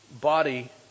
body